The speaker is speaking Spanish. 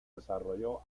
desarrolló